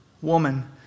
Woman